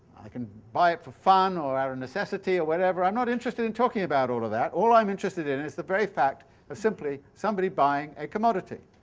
i can buy it for fun or out of necessity or whatever. i'm not interested in talking about all of that. all i'm interested in is the very fact of simply somebody buying a commodity.